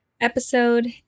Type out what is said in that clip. episode